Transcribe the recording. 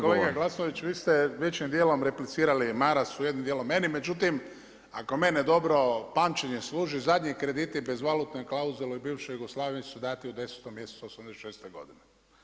Kolega Glasnović, vi ste većim dijelom replicirali Marasu jednim dijelom meni, međutim ako mene dobro pamćenje služi zadnji krediti bez valutne klauzule u bivšoj Jugoslaviji su dati u 10. mjesecu '86. godine.